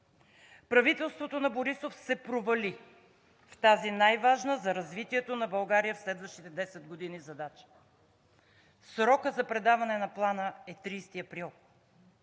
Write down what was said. Правителството на Борисов се провали в тази най-важна за развитието на България в следващите десет години задача. Срокът за предаване на Плана е 30 април